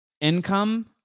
income